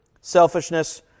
selfishness